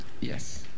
Yes